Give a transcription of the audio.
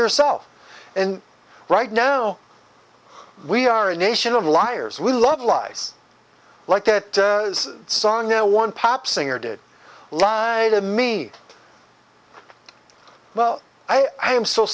yourself and right now we are a nation of liars we love lies like that song no one pop singer did lied to me well i am so